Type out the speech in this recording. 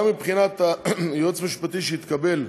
גם מבחינת הייעוץ המשפטי שהתקבל,